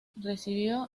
recibió